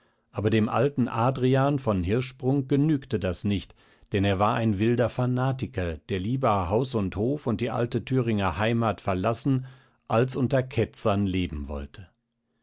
aber dem alten adrian von hirschsprung genügte das nicht denn er war ein wilder fanatiker der lieber haus und hof und die alte thüringer heimat verlassen als unter ketzern leben wollte